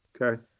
okay